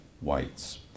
whites